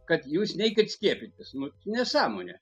kad jūs neikit skiepytis nu nesąmonė